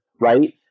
right